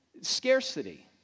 Scarcity